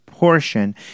Portion